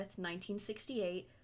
1968